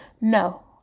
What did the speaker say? No